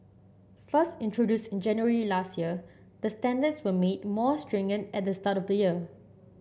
first introduced in January last year the standards were made more stringent at the start of the year